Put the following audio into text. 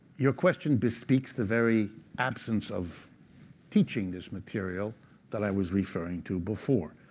your question bespeaks the very absence of teaching this material that i was referring to before.